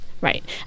Right